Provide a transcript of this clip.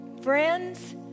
Friends